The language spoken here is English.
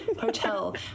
hotel